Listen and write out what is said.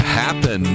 happen